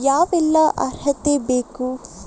ಯಾವೆಲ್ಲ ಅರ್ಹತೆ ಬೇಕು?